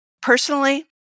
Personally